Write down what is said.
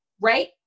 right